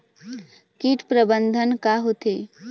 कीट प्रबंधन का होथे?